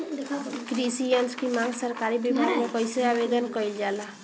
कृषि यत्र की मांग सरकरी विभाग में कइसे आवेदन कइल जाला?